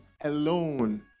alone